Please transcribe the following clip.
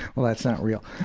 well that's not real.